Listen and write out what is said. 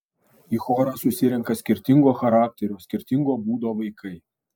į chorą susirenka skirtingo charakterio skirtingo būdo vaikai